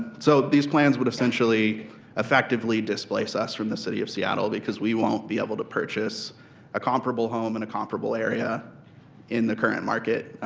so these plans with essentially effectively displaces from the city of seattle, because we will be able to purchase a comparable home in a comparable area in the current market,